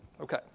Okay